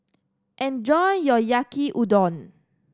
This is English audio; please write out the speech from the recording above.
enjoy your Yaki Udon